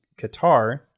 Qatar